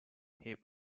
hip